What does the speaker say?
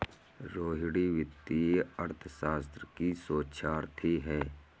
रोहिणी वित्तीय अर्थशास्त्र की शोधार्थी है